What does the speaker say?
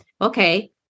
Okay